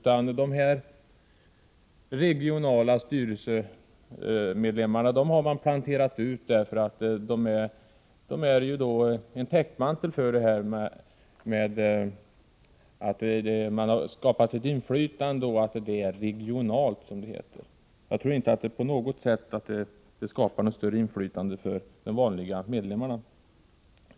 De här regionala styrelsemedlemmarna har man planterat ut som en täckmantel för att visa att man har skapat ett inflytande och att det är regionalt, som det heter. Jag tror inte att detta skapar något större inflytande för de vanliga medlemmarna.